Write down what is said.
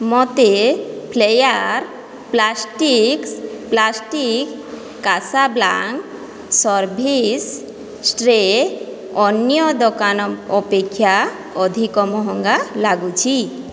ମୋତେ Flair plastics plastic Casablanca service tray ଅନ୍ୟ ଦୋକାନ ଅପେକ୍ଷା ଅଧିକ ମହଙ୍ଗା ଲାଗୁଛି